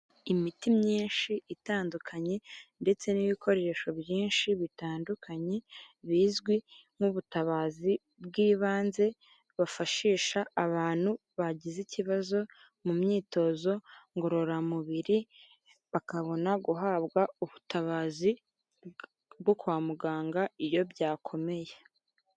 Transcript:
Imiti myinshi itandukanye ndetse n'ibikoresho byinshi bitandukanye, bizwi nk'ubutabazi bw'ibanze bafashisha abantu bagize ikibazo mu myitozo ngororamubiri, bakabona guhabwa ubutabazi bwo kwa muganga iyo byakomeye.